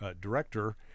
Director